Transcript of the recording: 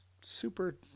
Super